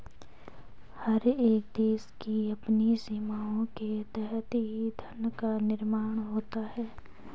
हर एक देश की अपनी सीमाओं के तहत ही धन का निर्माण होता है